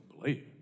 believe